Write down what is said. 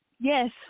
Yes